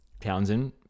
townsend